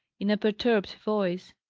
in a perturbed voice,